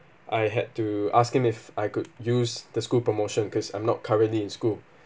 I had to ask him if I could use the school promotion cause I'm not currently in school